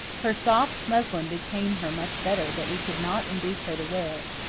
her soft muslin became her much better, but we could not induce her to wear it.